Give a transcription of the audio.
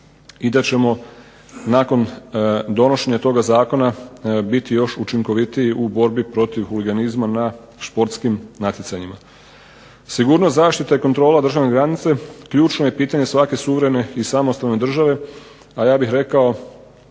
i da ćemo nakon donošenja toga zakona biti još učinkovitiji u borbi protiv huliganizma na športskim natjecanjima. Sigurnost, zaštita i kontrola državne granice ključno je pitanje svake suvremene i samostalne države, a ja bih rekao